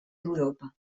d’europa